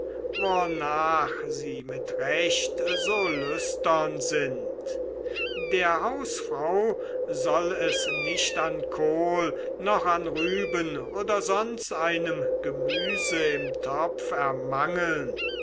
wornach sie mit recht so lüstern sind der hausfrau soll es nicht an kohl noch an rüben oder sonst einem gemüse im topf ermangeln